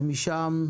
הערות כלליות ומשם,